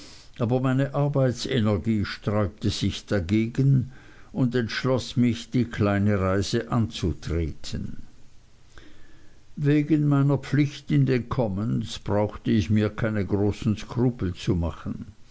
aber meine arbeitsenergie sträubte sich dagegen und entschloß mich die kleine reise anzutreten wegen meiner pflicht in den commons brauchte ich mir keine großen skrupel zu machen